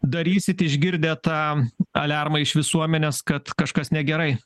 darysit išgirdę tą aliarmą iš visuomenės kad kažkas negerai